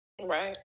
Right